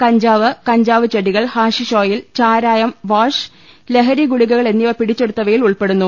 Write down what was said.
കഞ്ചാവ് കഞ്ചാവ്ചെടികൾ hashish oil ചാരായം വാഷ് ലഹരി ഗുളികകൾ എന്നിവ പിടിച്ചെടുത്തവയിൽ ഉൾപ്പെടുന്നു